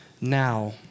now